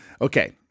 Okay